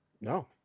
No